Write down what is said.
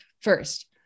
First